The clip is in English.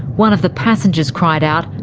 one of the passengers cried out,